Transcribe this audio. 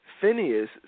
Phineas